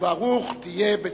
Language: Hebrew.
וברוך תהיה בצאתך.